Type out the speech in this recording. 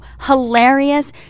Hilarious